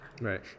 Right